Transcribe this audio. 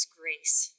grace